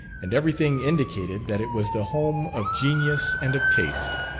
and everything indicated that it was the home of genius and of taste.